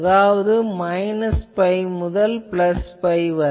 அதாவது minus pi முதல் pi வரை